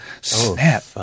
Snap